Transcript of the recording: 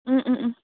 ओं ओं ओं